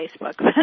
Facebook